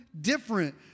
different